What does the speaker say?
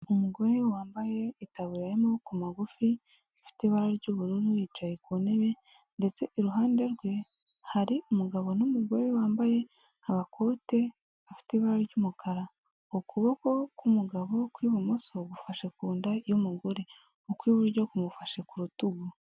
Umugore wambaye itaburiya y'amaboko magufi ifite ibara ry'ubururu yicaye ku ntebe, ndetse iruhande rwe hari umugabo n'umugore wambaye agakote afite ibara ry'umukara; ukuboko k'umugabo kw'ibumoso gufashe ku nda y'umugore, ukw'iburyo kumufashe ku rutugu.